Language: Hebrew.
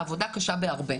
העבודה קשה בהרבה.